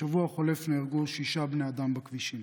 בשבוע החולף נהרגו שישה בני אדם בכבישים.